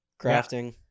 Crafting